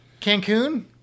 Cancun